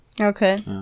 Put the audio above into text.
Okay